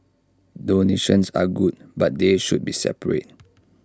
donations are good but they should be separate